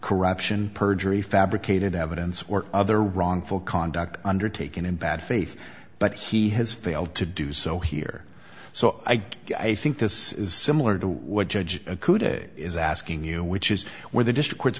corruption perjury fabricated evidence or other wrongful conduct undertaken in bad faith but he has failed to do so here so i i think this is similar to what judge is asking you which is where the